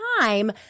time